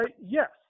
yes